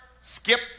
Skip